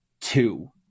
Two